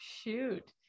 Shoot